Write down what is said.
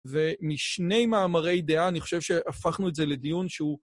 ומשני מאמרי דעה, אני חושב שהפכנו את זה לדיון שהוא...